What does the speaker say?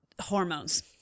hormones